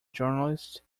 journalist